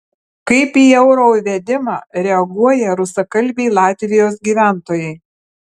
kaip į euro įvedimą reaguoja rusakalbiai latvijos gyventojai